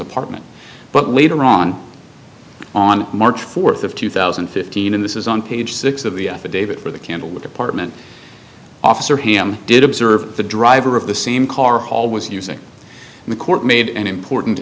apartment but later on on march fourth of two thousand and fifteen and this is on page six of the affidavit for the candle department officer hamm did observe the driver of the same car always using the court made an important